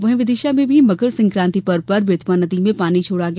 वहीं विदिशा में भी मकर संक्रांति पर्व पर बेतवा नदी में पानी छोड़ा गया